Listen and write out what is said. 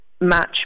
match